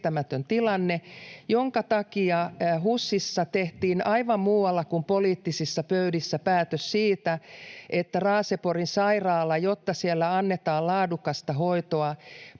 tilanne, jonka takia HUSissa tehtiin aivan muualla kuin poliittisissa pöydissä päätös siitä, että jotta Raaseporin sairaalassa annetaan laadukasta hoitoa